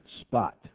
spot